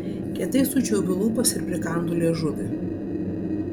kietai sučiaupiu lūpas ir prikandu liežuvį